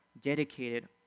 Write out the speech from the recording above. dedicated